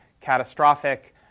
catastrophic